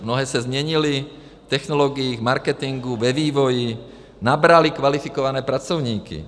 Mnohé se změnily v technologiích, v marketingu, ve vývoji, nabraly kvalifikované pracovníky.